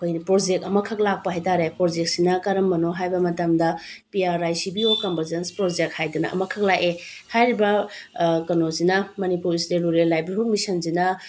ꯑꯩꯈꯣꯏꯅ ꯄ꯭ꯔꯣꯖꯦꯛ ꯑꯃꯈꯛ ꯂꯥꯛꯄ ꯍꯥꯏꯕ ꯇꯥꯔꯦ ꯄ꯭ꯔꯣꯖꯦꯛꯁꯤꯅ ꯀꯔꯝꯕꯅꯣ ꯍꯥꯏꯕ ꯃꯇꯝꯗ P R I C B O convergence project ꯍꯥꯏꯗꯅ ꯑꯃꯈꯛ ꯂꯥꯛꯑꯦ ꯍꯥꯏꯔꯤꯕ ꯀꯩꯅꯣꯁꯤꯅ ꯃꯅꯤꯄꯨꯔ ꯏꯁꯇꯦꯠ ꯔꯨꯔꯦꯜ ꯂꯥꯏꯚꯂꯤꯍꯨꯠ ꯃꯤꯁꯟꯁꯤꯅ